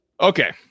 okay